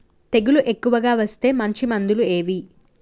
తెగులు ఎక్కువగా వస్తే మంచి మందులు ఏవి?